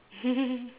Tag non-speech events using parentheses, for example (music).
(laughs)